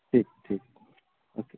ठीक ठीक ओके